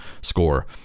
score